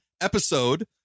episode